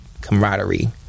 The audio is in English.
camaraderie